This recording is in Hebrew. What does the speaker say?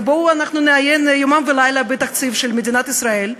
ובואו נעיין יומם ולילה בתקציב של מדינת ישראל,